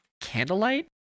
candlelight